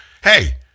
hey